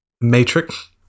matrix